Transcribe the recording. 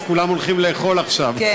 אז כולם הולכים לאכול עכשיו.